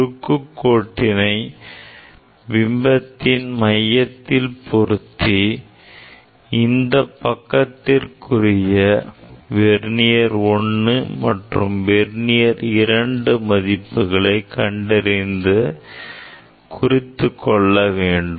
குறுக்கு கோட்டினை பிம்பத்தின் மையத்தில் பொருத்தி இந்த பக்கத்திற்குரிய வெர்னியர் 1 மற்றும் வெர்னியர் 2 மதிப்புகளை கண்டறிந்து குறித்துக் கொள்ள வேண்டும்